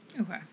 Okay